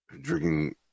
Drinking